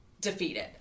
defeated